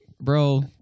bro